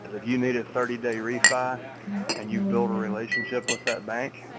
and you you need a thirty day refi and you build a relationship with that bank,